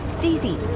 Daisy